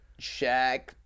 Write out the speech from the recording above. Shaq